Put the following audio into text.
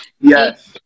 yes